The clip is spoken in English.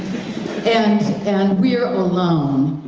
and and we're alone,